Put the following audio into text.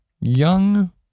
Young